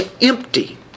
empty